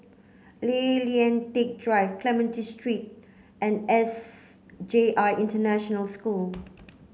Tay Lian Teck Drive Clementi Street and S J I International School